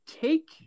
take